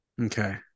Okay